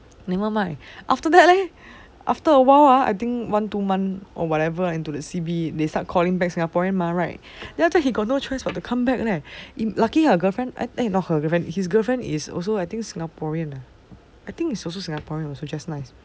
never mind after that leh after awhile ah I think one two month or whatever into the C_B they started calling back singaporeans mah right then he got no choice but to come back leh lucky her girl friend eh not her girl friend his girl friend is also singaporean ah I think is also singaporean so just nice